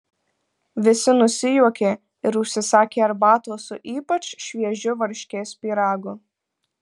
visi nusijuokė ir užsisakė arbatos su ypač šviežiu varškės pyragu